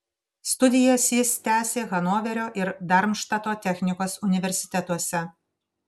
studijas jis tęsė hanoverio ir darmštato technikos universitetuose